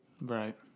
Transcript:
Right